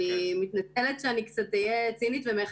אני חושבת שהמוקד של כל הדבר הזה כמובן